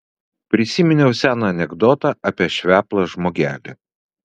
prisiminiau seną anekdotą apie šveplą žmogelį